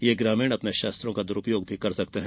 ये ग्रामीण अपने शस्त्रों का दुरुपयोग भी कर सकते हैं